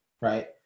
right